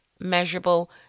measurable